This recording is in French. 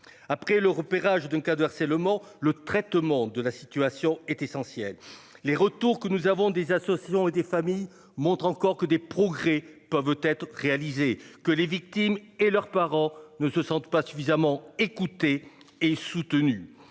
Après le repérage d'un cas de harcèlement. Le traitement de la situation est essentielle. Les retours que nous avons des associations et des familles montre encore que des progrès peuvent être réalisés que les victimes et leurs parents ne se sentent pas suffisamment écoutés et soutenus